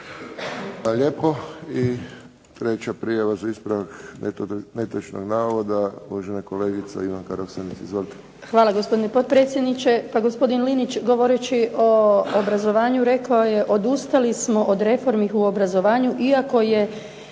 Hvala gospodine potpredsjedniče. Pa gospodin Linić, govoreći o obrazovanju, rekao je odustali smo od reformi u obrazovanju iako je